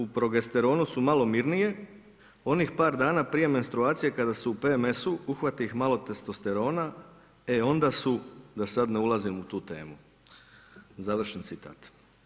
U progesteronu su malo mirnije, onih par dana prije menstruacije, kada su u PMS-u, uhvati ih malo testosterona, e onda su da sad ne ulazim u tu temu, završen citat.